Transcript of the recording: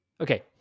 okay